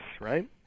right